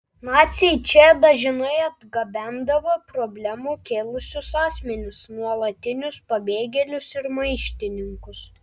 naciai čia dažnai atgabendavo problemų kėlusius asmenis nuolatinius pabėgėlius ir maištininkus